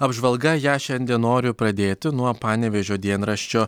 apžvalga ją šiandien noriu pradėti nuo panevėžio dienraščio